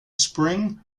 spring